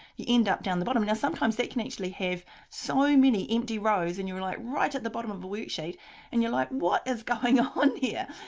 you end up down the bottom now sometimes that can actually have so many empty rows and you're like right at the bottom of a worksheet and you're like what is going ah on here.